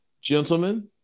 Gentlemen